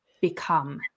become